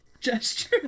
gesture